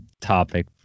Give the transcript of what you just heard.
topic